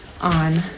on